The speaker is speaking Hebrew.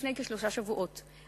לפני כשלושה שבועות.